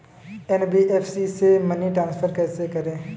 NBFC से money transfer कैसे करें?